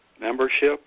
membership